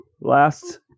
last